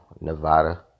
Nevada